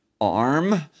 arm